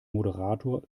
moderator